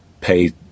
pay